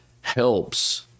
helps